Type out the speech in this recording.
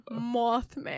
Mothman